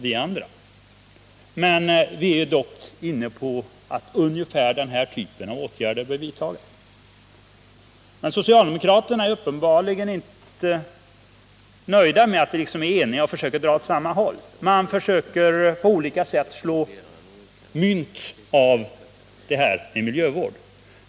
Vi är alla inne på tanken att ungefär den här typen av åtgärder bör vidtas. Men socialdemokraterna är uppenbarligen inte nöjda med att vi är eniga och försöker dra åt samma håll. Man försöker på olika sätt slå mynt av miljövården.